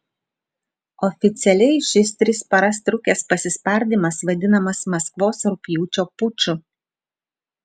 oficialiai šis tris paras trukęs pasispardymas vadinamas maskvos rugpjūčio puču